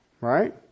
Right